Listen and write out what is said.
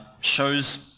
shows